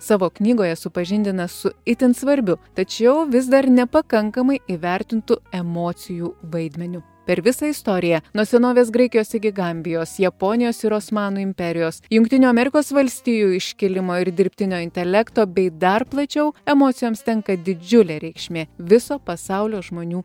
savo knygoje supažindina su itin svarbiu tačiau vis dar nepakankamai įvertintu emocijų vaidmeniu per visą istoriją nuo senovės graikijos iki gambijos japonijos ir osmanų imperijos jungtinių amerikos valstijų iškilimo ir dirbtinio intelekto bei dar plačiau emocijoms tenka didžiulė reikšmė viso pasaulio žmonių